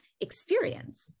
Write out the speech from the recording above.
experience